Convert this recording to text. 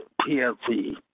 PSE